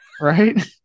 right